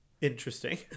Interesting